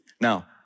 Now